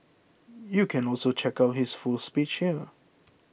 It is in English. you can also check out his full speech here